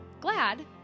glad